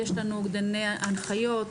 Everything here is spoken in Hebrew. יש לנו אוגדני הנחיות,